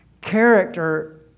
character